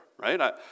Right